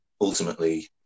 ultimately